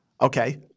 Okay